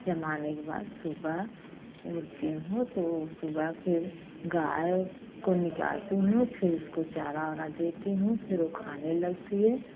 जमाने के बाद सुबह उठती हूँ तो सुबह फिर गाय को निकालती हूँ फिर उसको चारा आरा देती हूँ फिर ओ खाने लगती है